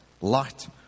light